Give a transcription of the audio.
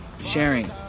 sharing